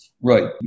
Right